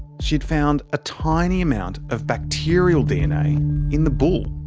she'd found a tiny amount of bacterial dna in the bull.